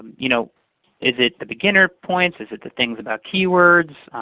you know is it the beginner points? is it the things about keywords?